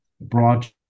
broad